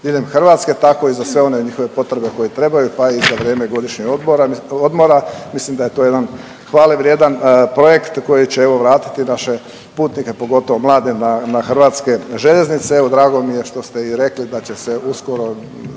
diljem Hrvatske, tako i za sve one njihove potrebe koje trebaju, pa i za vrijeme godišnjeg odmora. Mislim da je to jedan hvale vrijedan projekt koji će evo vratiti naše putnike pogotovo mlade na Hrvatske željeznice. Evo drago mi je što ste i rekli da će se uskoro